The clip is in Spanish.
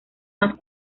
más